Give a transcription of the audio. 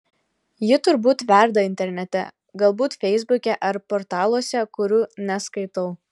ji turbūt verda internete galbūt feisbuke ar portaluose kurių neskaitau